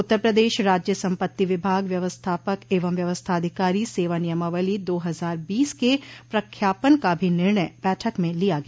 उत्तर प्रदेश राज्य सम्पत्ति विभाग व्यवस्थापक एवं व्यवस्थाधिकारी सेवा नियमावली दो हजार बीस के प्रख्यापन का भो निर्णय बैठक में लिया गया